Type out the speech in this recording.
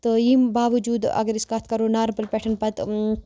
تہٕ ییٚمہِ باوجوٗد اَگر أسۍ کَتھ کَرو ناربَل پٮ۪ٹھ پَتہٕ